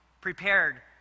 prepared